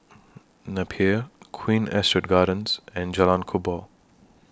Napier Queen Astrid Gardens and Jalan Kubor